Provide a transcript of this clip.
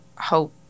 hope